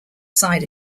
side